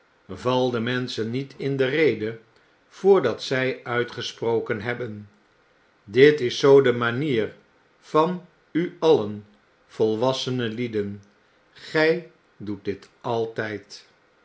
valdemenschen niet in de rede voordat zy uitgesproken hebben dit is zoo de manier van u alien volwassene lieden gy doet dit altijd